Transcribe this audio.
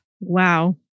Wow